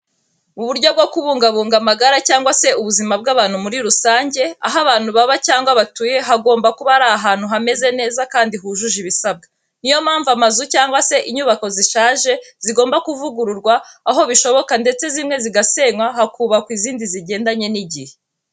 Mu buryo bwo kubungabunga amagara cyangwa se ubuzima bw'abantu muri rusange, aho abantu baba cyangwa batuye hagomba kuba ari ahantu hameze neza kandi hujuje ibisabwa. Ni yo mpamvu amazu cyangwa se inyubako zishaje zigomba kuvugururwa aho bishoboka ndetse zimwe zigasenywa hakubakwa izindi zigendanye n'igihe.